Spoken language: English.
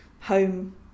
home